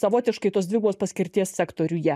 savotiškai tos dvigubos paskirties sektoriuje